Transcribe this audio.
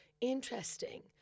Interesting